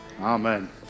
Amen